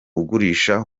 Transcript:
ugurisha